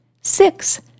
Six